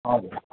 हजुर